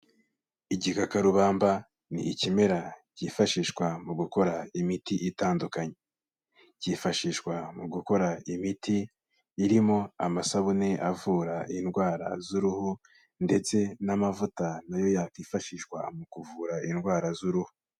Igikakarubamba ni ikimera kifashishwa mu gukora imiti itandukanye. Kifashishwa mu gukora imiti irimo amasabune avura indwara z'uruhu ndetse n'amavuta nayo yakwifashishwa mu kuvura indwara z'uruhu.